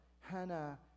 Hannah